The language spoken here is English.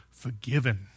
forgiven